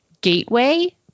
gateway